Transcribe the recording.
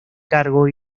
cargo